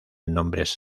nombres